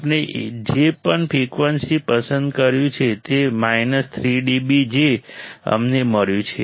આપણે જે પણ ફ્રિકવન્સી પસંદ કર્યું છે તે 3 dB જે અમને મળ્યું છે